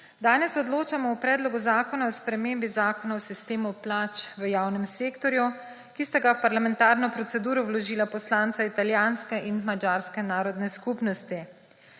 Danes odločamo o Predlogu zakona o spremembi Zakona o sistemu plač v javnem sektorju, ki sta ga v parlamentarno proceduro vložila poslanca italijanske in madžarske narodne skupnosti.